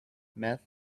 meth